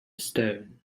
stone